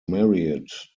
married